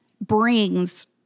brings